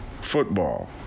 football